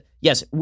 yes